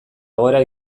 egoera